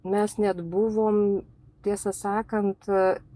mes net buvom tiesą sakant